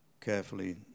carefully